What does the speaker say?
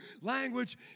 language